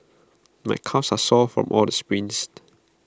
my calves are sore from all the sprints